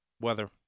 weather